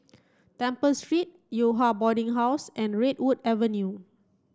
Temple Street Yew Hua Boarding House and Redwood Avenue